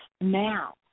now